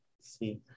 see